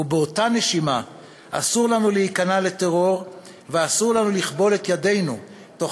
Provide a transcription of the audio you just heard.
ובאותה נשימה אסור לנו להיכנע לטרור ואסור לנו לכבול את ידינו תוך